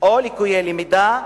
או ליקויי למידה,